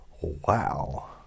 Wow